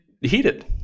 heated